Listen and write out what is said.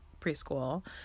preschool